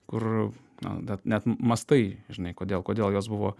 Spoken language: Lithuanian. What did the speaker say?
kur na da net mastai žinai kodėl kodėl jos buvo